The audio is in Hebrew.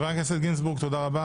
חבר הכנסת גינזבורג, תודה רבה.